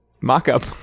mock-up